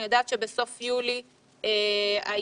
אני יודעת שבסוף יולי היו